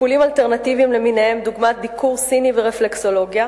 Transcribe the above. טיפולים אלטרנטיביים למיניהם דוגמת דיקור סיני ורפלקסולוגיה.